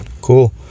Cool